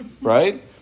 right